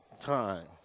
time